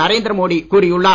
நரேந்திர மோடி கூறியுள்ளார்